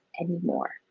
anymore